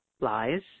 lies